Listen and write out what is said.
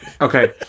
Okay